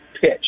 pitch